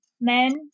men